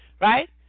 right